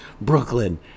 Brooklyn